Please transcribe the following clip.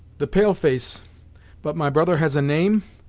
the pale-face but my brother has a name?